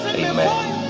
amen